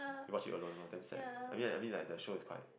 you watched it alone for them sad I mean I mean like the show is quite